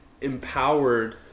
empowered